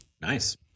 Nice